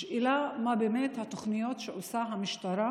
השאלה מה באמת התוכניות שעושה המשטרה